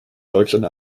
deutschland